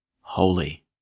holy